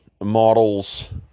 models